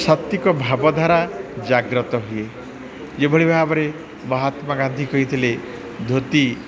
ସାତ୍ତ୍ୱିକ ଭାବଧାରା ଜାଗ୍ରତ ହୁଏ ଯେଭଳି ଭାବରେ ମହାତ୍ମା ଗାନ୍ଧୀ କହିଥିଲେ ଧୋତି